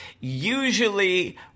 Usually